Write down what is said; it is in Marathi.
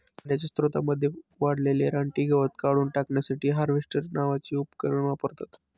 पाण्याच्या स्त्रोतांमध्ये वाढलेले रानटी गवत काढून टाकण्यासाठी हार्वेस्टर नावाचे उपकरण वापरतात